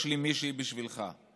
יש לי מישהי בשבילך.